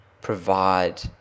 provide